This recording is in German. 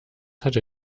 hatte